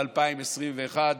על 2021,